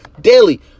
daily